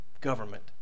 government